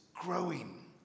growing